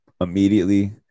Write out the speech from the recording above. immediately